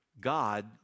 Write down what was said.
God